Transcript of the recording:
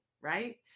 right